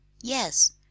Yes